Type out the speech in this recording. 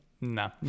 nah